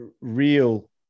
real